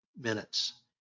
minutes